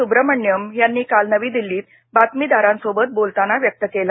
सुब्रमण्यम यांनी काल नवी दिल्लीत बातमीदारांसोबत बोलताना व्यक्त केला